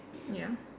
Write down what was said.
ya